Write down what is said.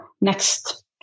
next